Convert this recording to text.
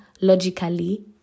logically